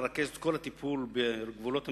לרכז את כל הטיפול בגבולות המדינה.